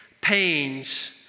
pains